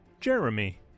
Jeremy